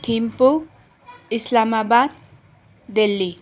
Thimphu Islamabad Delhi